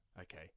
okay